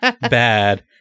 bad